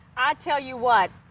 i tell you what,